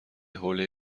حوله